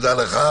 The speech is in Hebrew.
תודה לך.